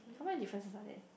how many differences are there